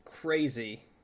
crazy